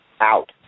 Out